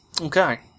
Okay